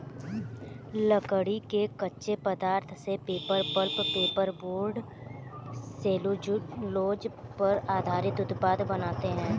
लकड़ी के कच्चे पदार्थ से paper, pulp, paper board, cellulose पर आधारित उत्पाद बनाते हैं